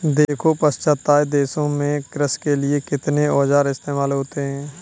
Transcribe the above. देखो पाश्चात्य देशों में कृषि के लिए कितने औजार इस्तेमाल होते हैं